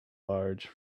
large